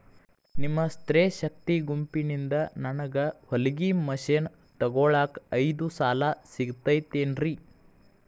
ನಿಮ್ಮ ಸ್ತ್ರೇ ಶಕ್ತಿ ಗುಂಪಿನಿಂದ ನನಗ ಹೊಲಗಿ ಮಷೇನ್ ತೊಗೋಳಾಕ್ ಐದು ಸಾಲ ಸಿಗತೈತೇನ್ರಿ?